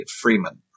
Freeman